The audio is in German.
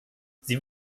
sie